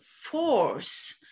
force